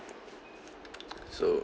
so